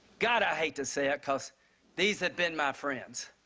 god, i hate to say it, cause these have been my friends.